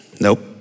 nope